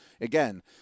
again